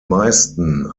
meisten